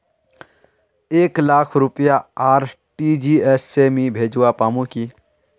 एक लाख रुपया आर.टी.जी.एस से मी भेजवा पामु की